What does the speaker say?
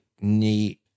neat